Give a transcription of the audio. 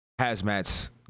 Hazmat's